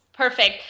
perfect